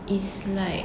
is like